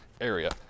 area